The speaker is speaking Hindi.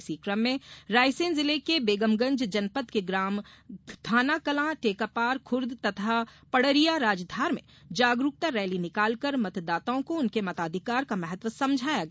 इसी क्रम में रायसेन जिले के बेगमगंज जनपद के ग्राम घानाकलां टेकापार खूर्द तथा पड़रिया राजधार में जागरूकता रैली निकालकर मतदाताओं को उनके मताधिकार का महत्व समझाया गया